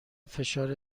فشار